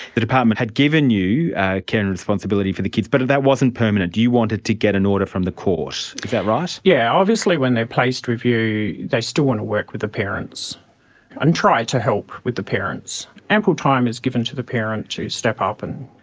the department had given you care and responsibility for the kids, but that wasn't permanent. you you wanted to get an order from the court that right? yes. yeah obviously when they are placed with you they still want to work with the parents and try to help with the parents. ample time is given to the parent to step up and,